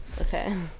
Okay